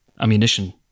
ammunition